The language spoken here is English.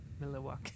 Milwaukee